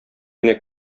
генә